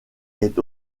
est